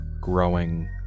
growing